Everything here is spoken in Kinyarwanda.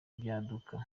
ibyaduka